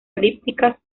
elípticas